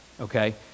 okay